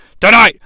Tonight